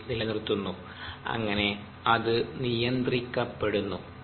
H നിലനിർത്തുന്നു അങ്ങനെ അത് നിയന്ത്രിക്കപ്പെടുന്നു